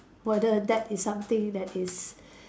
whether that is something that is